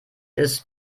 ist